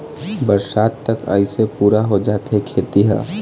बरसात तक अइसे पुरा हो जाथे खेती ह